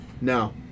No